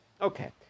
Okay